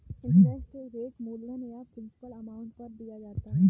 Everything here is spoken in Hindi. इंटरेस्ट रेट मूलधन या प्रिंसिपल अमाउंट पर दिया जाता है